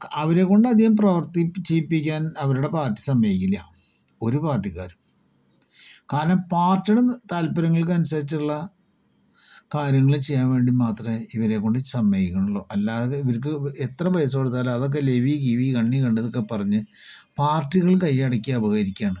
അവരെക്കൊണ്ട് അധികം പ്രവൃത്തി ചെയ്യിപ്പിക്കാൻ അവരുടെ പാർട്ടി സമ്മതിക്കില്ല ഒരു പാർട്ടിക്കാരും കാരണം പാർട്ടിയുടെ താൽപര്യങ്ങൾക്കനുസരിച്ച് ഉള്ള കാര്യങ്ങൾ ചെയ്യാൻ വേണ്ടി മാത്രമേ ഇവരെക്കൊണ്ട് സമ്മതിക്കുന്നുള്ളൂ അല്ലാതെ ഇവർക്ക് എത്ര പൈസ കൊടുത്താലും അതൊക്കെ ലെവി കിവി കണ്ണിൽ കണ്ടതൊക്കെ പറഞ്ഞു പാർട്ടികൾ കയ്യടക്കി അപഹരിക്കുകയാണ്